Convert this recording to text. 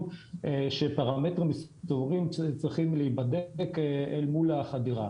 שפרמטרים מסוימים צריכים להיבדק אל מול החדירה.